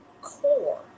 core